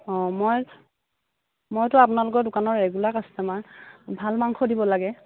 অঁ মই মইতো আপোনালোকৰ দোকানৰ ৰেগুলাৰ কাষ্টমাৰ ভাল মাংস দিব লাগে